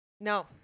No